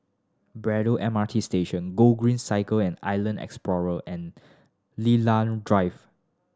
Braddell M R T Station Gogreen Cycle and Island Explorer and Lilan Drive